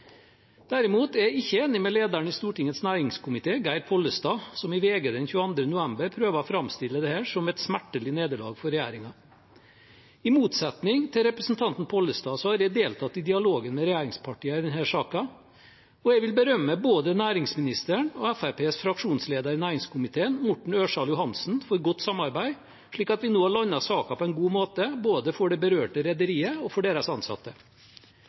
Derimot er jeg ikke enig med lederen i Stortingets næringskomité, Geir Pollestad, som i VG den 22. november prøver å framstille dette som et smertelig nederlag for regjeringen. I motsetning til representanten Pollestad har jeg deltatt i dialogen med regjeringspartiene i denne saken, og jeg vil berømme både næringsministeren og Fremskrittspartiets fraksjonsleder i næringskomiteen, Morten Ørsal Johansen, for godt samarbeid, slik at vi nå har landet saken på en god måte, både for det berørte rederiet og for deres ansatte.